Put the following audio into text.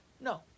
No